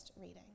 reading